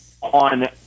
on